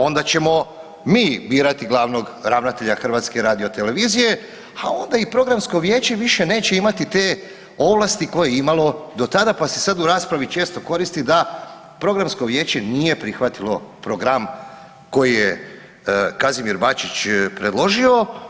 Onda ćemo mi birati glavnog ravnatelja HRT-a, a onda i programsko vijeće više neće imati te ovlasti koje je imalo do tada pa se sad u raspravi često koristi da programsko vijeće nije prihvatilo program koji je Kazimir Bačić predložio.